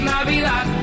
Navidad